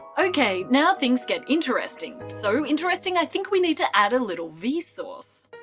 okay, now things get interesting so interesting i think we need to add a little vsauce.